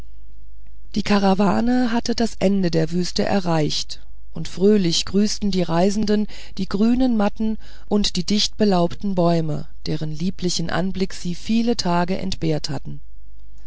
die karawane hatte das ende der wüste erreicht und fröhlich begrüßten die reisenden die grünen matten und die dichtbelaubten bäume deren lieblichen anblick sie viele tage entbehrt hatten